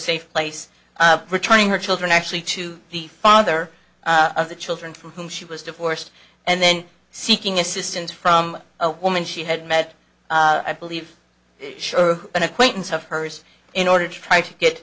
safe place returning her children actually to the father of the children from whom she was divorced and then seeking assistance from a woman she had met i believe sure an acquaintance of hers in order to try to get